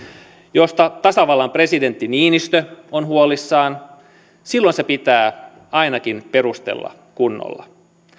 josta tasavallan presidentti niinistö on huolissaan niin se pitää ainakin perustella kunnolla